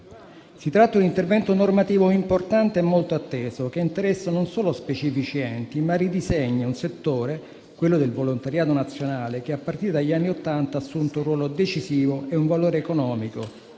Si tratta di un intervento normativo importante e molto atteso, che interessa non solo specifici enti, ma ridisegna un settore, quello del volontariato nazionale, che a partire dagli anni Ottanta ha assunto un ruolo decisivo e un valore economico,